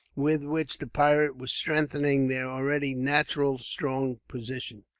with which the pirates were strengthening their already naturally strong position.